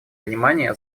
внимание